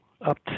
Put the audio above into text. up